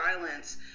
violence